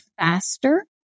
faster